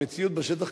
המציאות בשטח,